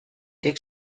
deg